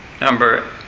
Number